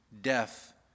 death